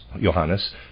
Johannes